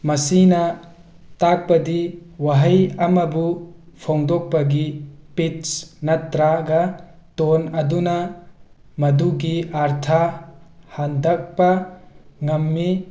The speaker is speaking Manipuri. ꯃꯁꯤꯅ ꯇꯥꯛꯄꯗꯤ ꯋꯥꯍꯩ ꯑꯃꯕꯨ ꯐꯣꯡꯗꯣꯛꯄꯒꯤ ꯄꯤꯠꯁ ꯅꯠꯇ꯭ꯔꯒ ꯇꯣꯟ ꯑꯗꯨꯅ ꯃꯗꯨꯒꯤ ꯑꯥꯔꯊ ꯍꯟꯗꯣꯛꯄ ꯉꯝꯃꯤ